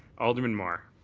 alderman mar